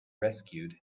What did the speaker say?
rescued